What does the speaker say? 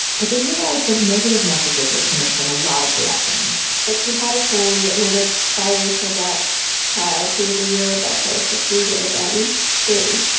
but they realized that negative messages were coming from a lot of directions but she had a friend, another biracial, black child, who was a year above her. so she would've been three.